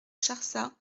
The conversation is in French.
charsat